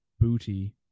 booty